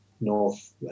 north